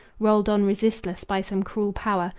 rolled on resistless by some cruel power,